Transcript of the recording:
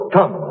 Come